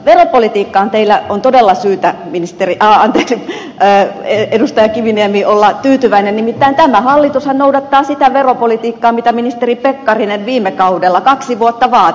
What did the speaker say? veropolitiikkaan teillä on todella syytä edustaja kiviniemi olla tyytyväinen nimittäin tämä hallitushan noudattaa sitä veropolitiikkaa mitä ministeri pekkarinen viime kaudella kaksi vuotta vaati